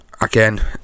Again